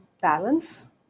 balance